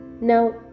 Now